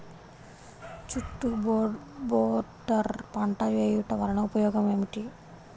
చుట్టూ బోర్డర్ పంట వేయుట వలన ఉపయోగం ఏమిటి?